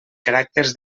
caràcters